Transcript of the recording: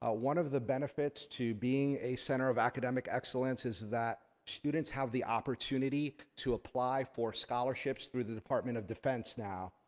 ah one of the benefits to being a center of academic excellence is that students have the opportunity to apply for scholarships through the department of defense now.